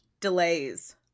delays